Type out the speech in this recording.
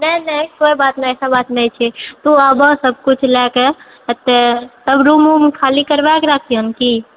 नहि नहि कोई बात नहि ऐसा बात नहि छै तों आबह सब किछु लएके एतय तब रूम वूम खाली करबाए कऽ राखी हम कि